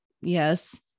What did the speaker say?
yes